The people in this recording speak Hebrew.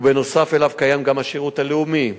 ובנוסף אליו קיים גם השירות הלאומי,